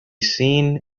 seen